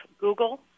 Google